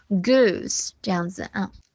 goose,这样子啊。